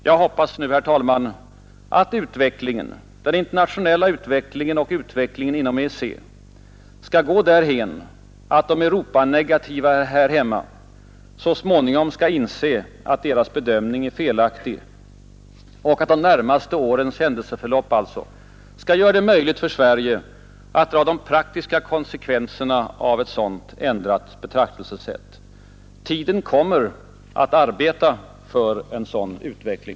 Jag hoppas nu, herr talman, att den internationella utvecklingen och utvecklingen inom EEC skall gå därhän, att de Europanegativa här hemma så småningom skall inse att deras bedömning är felaktig och att de närmaste årens händelseförlopp skall göra det möjligt för Sverige att dra de praktiska konsekvenserna av ett sådant ändrat betraktelsesätt. Tiden kommer att arbeta för en sådan utveckling.